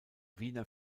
wiener